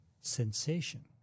sensation